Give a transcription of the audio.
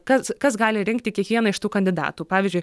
kas kas gali rinkti kiekvieną iš tų kandidatų pavyzdžiui